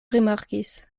rimarkis